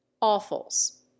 Offals